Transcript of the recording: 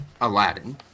Aladdin